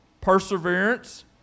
perseverance